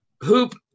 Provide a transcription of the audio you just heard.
Hoop